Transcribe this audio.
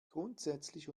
grundsätzlich